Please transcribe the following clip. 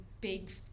big